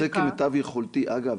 אגב,